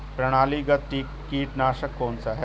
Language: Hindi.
प्रणालीगत कीटनाशक कौन सा है?